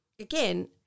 Again